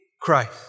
Christ